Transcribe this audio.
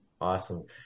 Awesome